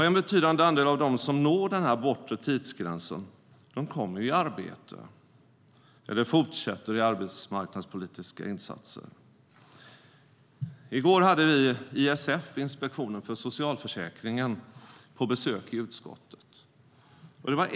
En betydande andel av dem som når den bortre tidsgränsen kommer i arbete eller fortsätter i arbetsmarknadspolitiska insatser.I går hade vi ISF, Inspektionen för socialförsäkringen, på besök i utskottet.